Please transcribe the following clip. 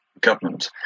government